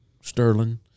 Sterling